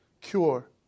Cure